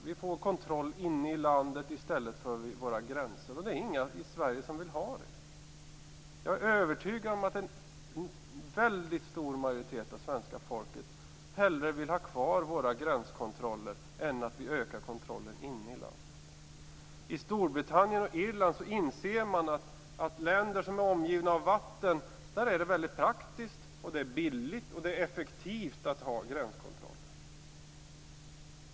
Vi får kontroll inne i landet i stället för vid våra gränser, och det är inga i Sverige som vill ha det så. Jag är övertygad om att en väldigt stor majoritet av svenska folket hellre vill ha kvar våra gränskontroller än att vi ökar kontrollen inom landet. I Storbritannien och Irland inser man att för länder som är omgivna av vatten är det praktiskt, billigt och effektivt att ha gränskontroller.